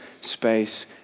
space